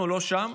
אנחנו לא שם.